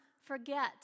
forget